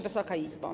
Wysoka Izbo!